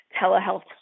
telehealth